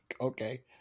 Okay